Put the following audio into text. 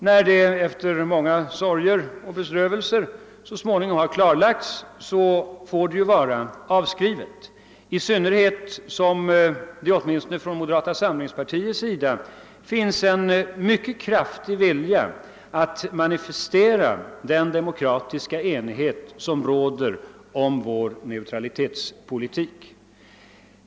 När det efter många sorger och bedrövelser så småningom har tillrättalagts får det vara avskrivet, i synnerhet som åtminstone moderata samlingspartiet har en stark vilja att manifestera den enighet om vår neutralitetspolitik som råder mellan de demokratiska partierna.